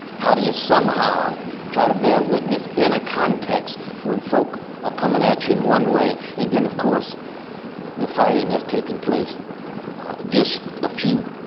how do you somehow try to bear witness in a context when folk are ah coming at you in one way and then of course the fighting that's taking place just a few